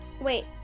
Wait